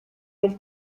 del